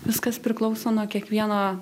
viskas priklauso nuo kiekvieno